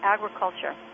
Agriculture